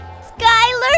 Skyler